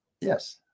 yes